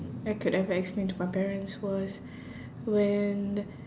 I could ever explain to my parents was when